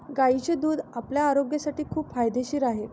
गायीचे दूध आपल्या आरोग्यासाठी खूप फायदेशीर आहे